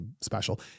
special